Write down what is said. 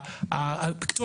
בקיצור,